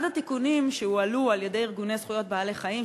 אחד התיקונים שהועלו על-ידי ארגוני זכויות בעלי-חיים,